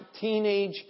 teenage